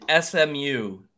SMU